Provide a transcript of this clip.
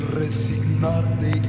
resignarte